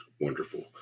wonderful